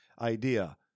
idea